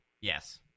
Yes